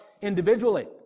individually